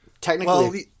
Technically